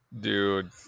Dude